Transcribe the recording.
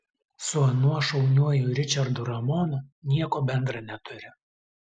su anuo šauniuoju ričardu ramonu nieko bendra neturi